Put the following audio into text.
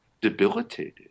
debilitated